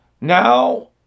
Now